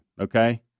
okay